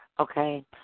Okay